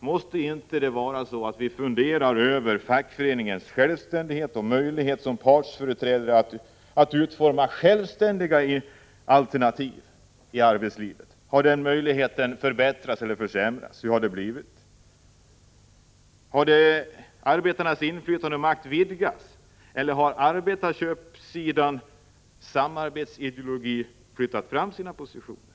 borde fundera över om MBL har påverkat fackföreningarnas självständighet och möjligheter att som partsföreträdare utforma självständiga alternativ. Har dessa möjligheter förbättrats eller försämrats? Har arbetarnas inflytande och makt vidgats eller har arbetsköparsidan genom sin samarbetsideologi flyttat fram sina positioner?